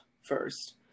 first